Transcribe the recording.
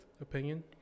opinion